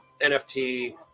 NFT